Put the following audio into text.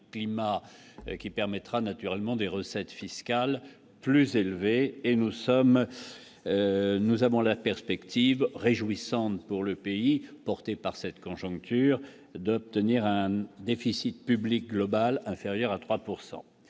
un climat qui permettra naturellement des recettes fiscales plus élevées et nous sommes, nous avons la perspective réjouissante pour le pays, porté par cette conjoncture d'obtenir un déficit public le bal inférieur à 3